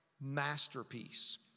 masterpiece